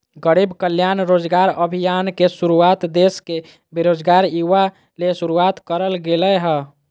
गरीब कल्याण रोजगार अभियान के शुरुआत देश के बेरोजगार युवा ले शुरुआत करल गेलय हल